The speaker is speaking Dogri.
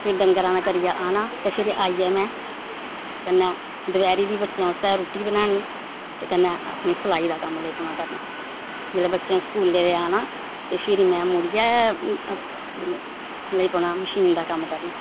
ते डंगरां दा में करना ते फिर आइयै कन्नै दपैह्रीं दी बच्चें आस्तै रुट्टी बनानी ते कन्नै अपनी सलाई दा कम्म लेई पौना करना ते जिसलै बच्चें स्कूला दा आना ते फिर में मुड़ियै लेई पौना मशीन दा कम्म करन